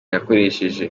yakoresheje